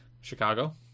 chicago